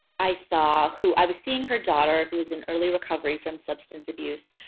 i saw who i was seeing her daughter who was in early recovery from substance abuse.